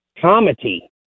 comedy